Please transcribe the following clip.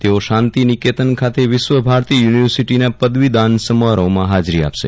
તેઓ શાંતિ નિકેતન ખાતે વિશ્વ ભારતી યુનિવર્સિટીના પદવીદાન સમારોહમાં હાજરી આપશે